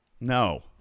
No